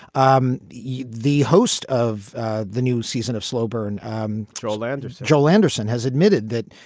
um yeah the host of the new season of slow burn um thro landers, joel anderson has admitted that.